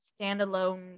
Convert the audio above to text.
standalone